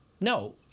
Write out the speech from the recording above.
No